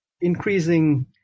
increasing